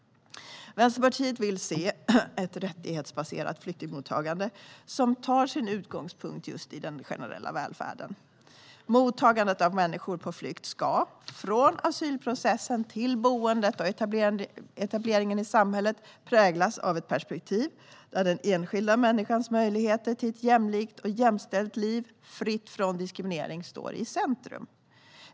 Vänsterpartiet vill se ett rättighetsbaserat flyktingmottagande som tar sin utgångspunkt just i den generella välfärden. Mottagandet av människor på flykt ska, från asylprocessen till boendet och etableringen i samhället, präglas av ett perspektiv där den enskilda människans möjligheter till ett jämlikt och jämställt liv, fritt från diskriminering, står i centrum.